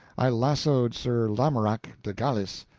i lassoed sir lamorak de galis,